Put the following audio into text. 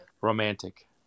romantic